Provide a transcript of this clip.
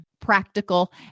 practical